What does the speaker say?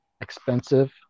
expensive